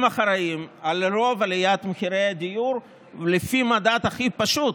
הם אחראים לרוב עליית מחירי הדיור לפי המדד הכי פשוט,